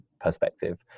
perspective